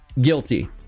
guilty